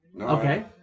Okay